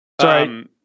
Sorry